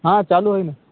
हा चालू होय न